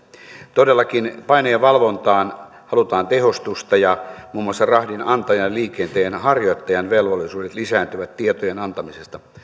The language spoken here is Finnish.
todellakin painojen valvontaan halutaan tehostusta ja muun muassa rahdinantajan ja liikenteenharjoittajan velvollisuudet lisääntyvät tietojen antamisesta